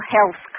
Health